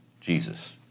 Jesus